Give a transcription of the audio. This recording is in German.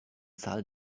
zahl